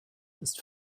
ist